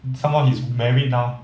somemore he's married now